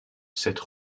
cette